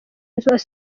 asobanura